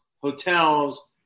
hotels